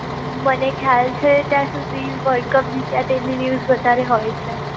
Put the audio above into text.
મને ખ્યાલ છે ત્યાં સુધી વર્લ્ડકપ જીત્યા તેની ન્યૂઝ વધારે હોય છે